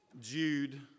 Jude